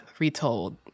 Retold